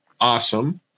awesome